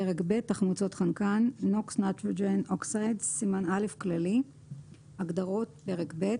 פרק ב': תחמוצות חנקן (NOx- Nitrogen Oxides) הגדרות- פרק ב'